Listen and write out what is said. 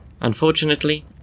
Unfortunately